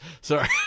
Sorry